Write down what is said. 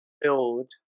build